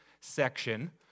section